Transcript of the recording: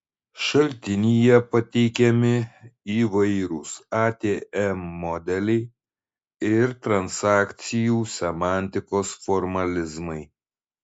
šaltinyje pateikiami įvairūs atm modeliai ir transakcijų semantikos formalizmai